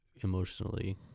emotionally